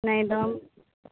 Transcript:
नहि दाम